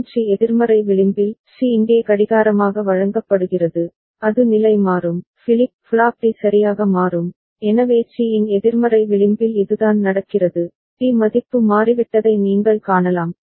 மற்றும் சி எதிர்மறை விளிம்பில் சி இங்கே கடிகாரமாக வழங்கப்படுகிறது அது நிலைமாறும் ஃபிளிப் ஃப்ளாப் டி சரியாக மாறும் எனவே சி இன் எதிர்மறை விளிம்பில் இதுதான் நடக்கிறது டி மதிப்பு மாறிவிட்டதை நீங்கள் காணலாம்